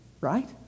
Right